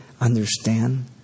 understand